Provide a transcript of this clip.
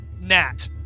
Nat